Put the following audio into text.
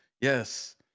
Yes